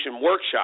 workshop